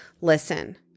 listen